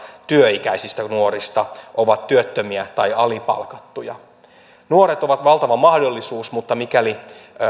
työikäisistä nuorista on työttömiä tai alipalkattuja nuoret ovat valtava mahdollisuus mutta mikäli